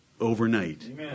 overnight